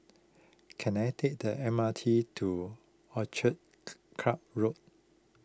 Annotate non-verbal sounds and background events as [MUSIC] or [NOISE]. can I take the M R T to Orchid [NOISE] Club Road